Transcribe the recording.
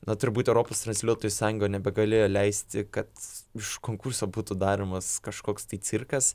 na turbūt europos transliuotojų sąjunga nebegalėjo leisti kad iš konkurso būtų daromas kažkoks tai cirkas